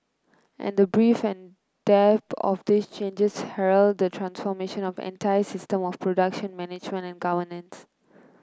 and the breadth and depth of these changes herald the transformation of entire systems of production management and governance